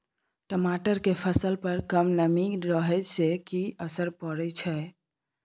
टमाटर के फसल पर कम नमी रहै से कि असर पैर सके छै?